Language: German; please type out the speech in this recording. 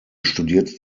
studierte